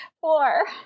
Four